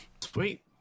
sweet